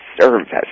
service